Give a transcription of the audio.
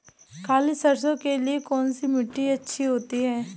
काली सरसो के लिए कौन सी मिट्टी अच्छी होती है?